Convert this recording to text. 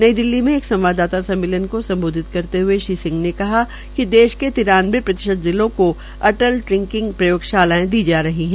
नई दिल्ली में एक संवाददाता सम्मेलन को सम्बोधित करते हुए श्री सिंह ने कहा कि देश के तिरानवे प्रतिशत जिलों को अटल टिंकरिंग प्रयोगशालायें दी रही है